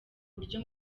buryo